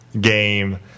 game